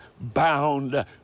bound